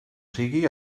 sigui